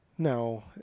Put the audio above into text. No